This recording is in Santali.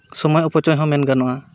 ᱥᱚᱢᱚᱭ ᱚᱯᱚᱪᱚᱭ ᱦᱚᱸ ᱢᱮᱱ ᱜᱟᱱᱚᱜᱼᱟ